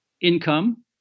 income